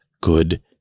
good